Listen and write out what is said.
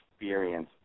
experience